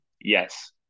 Yes